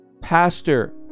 Pastor